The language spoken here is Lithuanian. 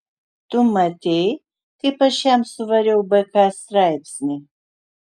tu matei kaip aš jam suvariau bk straipsnį